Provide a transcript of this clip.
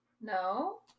No